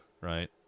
Right